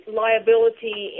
liability